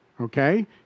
Okay